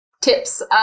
tips